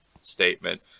statement